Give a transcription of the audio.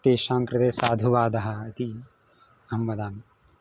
तेषां कृते साधुवादः इति अहं वदामि